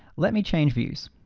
let me change views.